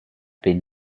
been